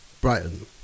Brighton